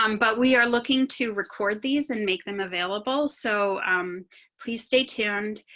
um but we are looking to record these and make them available. so um please stay tuned.